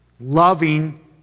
loving